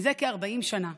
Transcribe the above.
זה כ-40 שנה,